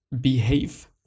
Behave